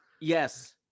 yes